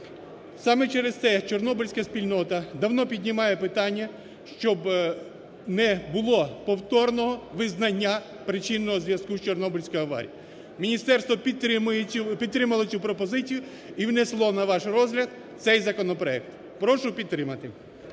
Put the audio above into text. Саме через це чорнобильська спільнота давно піднімає питання, щоб не було повторного визнання причинного зв'язку з Чорнобильською аварією. Міністерство підтримало цю пропозицію і внесло на ваш розгляд цей законопроект. Прошу підтримати.